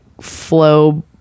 flow